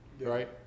Right